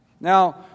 Now